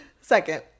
Second